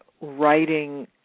writing